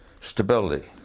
stability